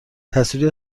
تصویری